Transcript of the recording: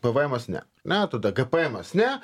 pvm as ne ne tada gpm as ne